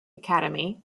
academy